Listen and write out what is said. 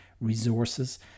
resources